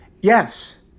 Yes